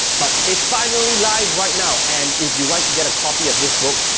but it's finally live right now. and if you'd like to get a copy of this book,